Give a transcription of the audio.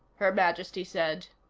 her majesty said.